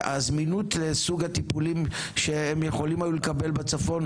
שהזמינות לסוג הטיפולים שהם יכולים היו לקבל בצפון,